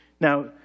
Now